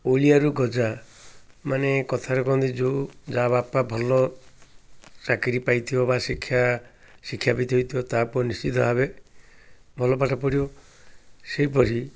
ଓଳିଆରୁ ଗଜା ମାନେ କଥାରେ କହନ୍ତି ଯେଉଁ ଯାହା ବାପା ଭଲ ଚାକିରି ପାଇଥିବ ବା ଶିକ୍ଷା ଶିକ୍ଷାବିତ୍ ହେଇଥିବ ତା' ପୁଅ ନିଶ୍ଚିତ ଭାବେ ଭଲ ପାଠ ପଢ଼ିବ ସେହିପରି